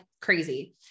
crazy